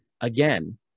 Again